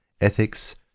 ethics